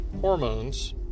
hormones